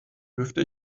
dürfte